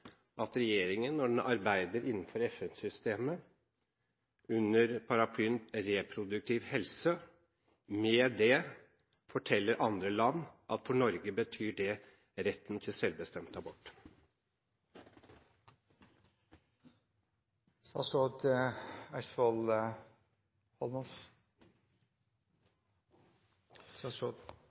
at regjeringen, når den arbeider innenfor FN-systemet under paraplyen «reproduktiv helse», med det forteller andre land at for Norge betyr det retten til selvbestemt